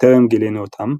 שטרם גילינו אותם,